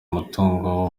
umutungo